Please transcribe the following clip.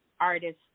artists